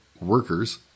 workers